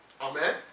amen